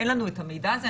אין לנו את המידע הזה.